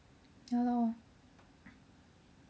ya lor